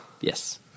Yes